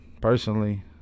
personally